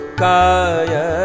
kaya